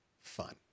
fun